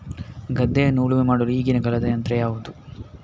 ಗದ್ದೆಯನ್ನು ಉಳುಮೆ ಮಾಡಲು ಈಗಿನ ಕಾಲದ ಯಂತ್ರ ಯಾವುದು?